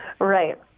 right